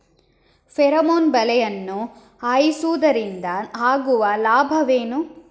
Pheromone ಬಲೆಯನ್ನು ಹಾಯಿಸುವುದರಿಂದ ಆಗುವ ಲಾಭವೇನು?